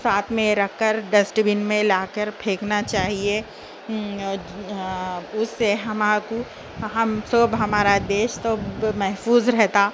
ساتھ میں رکھ کر ڈسٹبین میں لا کر پھینکنا چاہیے اس سے ہمارے کو ہم سب ہمارا دیش سب محفوظ رہتا